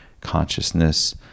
consciousness